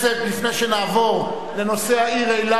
לפני שנעבור לנושא העיר אילת,